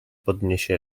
podniesie